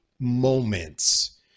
moments